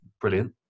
Brilliant